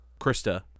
krista